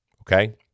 okay